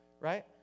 right